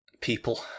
people